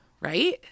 right